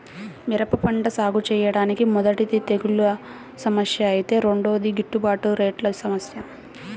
మిరప పంట సాగుచేయడానికి మొదటిది తెగుల్ల సమస్య ఐతే రెండోది గిట్టుబాటు రేట్ల సమస్య